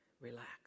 relax